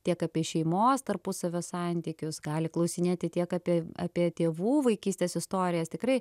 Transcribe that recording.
tiek apie šeimos tarpusavio santykius gali klausinėti tiek apie apie tėvų vaikystės istorijas tikrai